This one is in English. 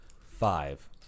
Five